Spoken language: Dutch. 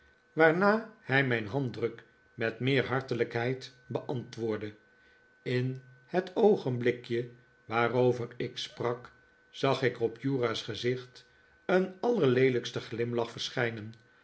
waarna hij mijn handdruk met meer hartelijkheid beantwoordde in het oogenblikje waarover ik sprak zag ik op uriah's gezicht een allerleelijksten glimlach verschijnen